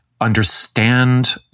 understand